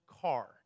car